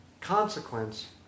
consequence